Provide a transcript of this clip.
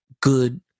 good